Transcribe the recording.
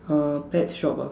uh pet shop ah